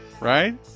Right